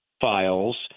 files